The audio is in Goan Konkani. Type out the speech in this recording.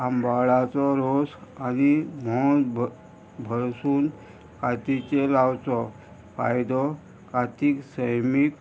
आंबाळाचो रोस आनी म्होंव भरसून कतीचे लावचो फायदो कारतीक सैमीक